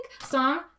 song